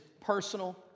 personal